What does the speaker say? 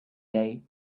day